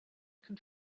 could